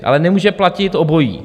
Ale nemůže platit obojí.